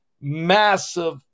massive